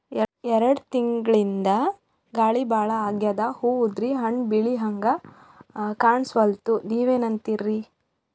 ಎರೆಡ್ ತಿಂಗಳಿಂದ ಗಾಳಿ ಭಾಳ ಆಗ್ಯಾದ, ಹೂವ ಉದ್ರಿ ಹಣ್ಣ ಬೆಳಿಹಂಗ ಕಾಣಸ್ವಲ್ತು, ನೀವೆನಂತಿರಿ?